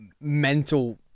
mental